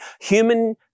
human